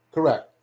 Correct